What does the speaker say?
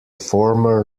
former